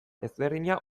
ezberdina